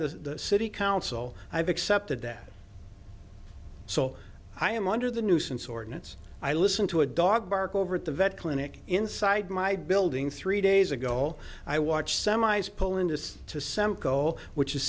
the city council i have accepted that so i am under the nuisance ordinance i listen to a dog bark over at the vet clinic inside my building three days ago i watch semis poland is to semple which is